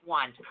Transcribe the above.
one